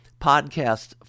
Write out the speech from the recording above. podcast